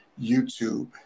YouTube